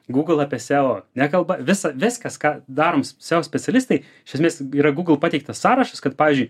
google apie seo nekalba visa viskas ką darom seo specialistai iš esmės yra google pateiktas sąrašas kad pavyzdžiui